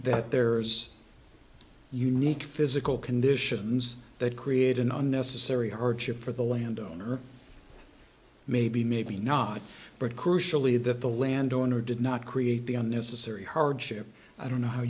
that there's unique physical conditions that create an unnecessary hardship for the landowner maybe maybe not but crucially that the landowner did not create the unnecessary hardship i don't know how